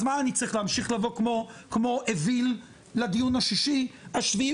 אז מה אני צריך לבוא כמו אוויל לדיון השישי או השביעי,